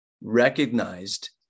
recognized